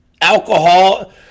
alcohol